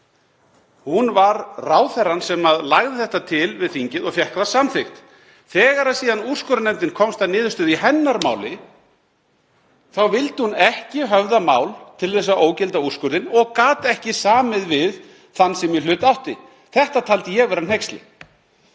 Hún var ráðherrann sem lagði þetta til við þingið og fékk það samþykkt. Þegar síðan úrskurðarnefndin komst að niðurstöðu í máli hennar þá vildi hún ekki höfða mál til þess að ógilda úrskurðinn og gat ekki samið við þann sem í hlut átti. Þetta taldi ég vera hneyksli.